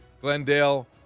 Glendale